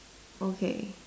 okay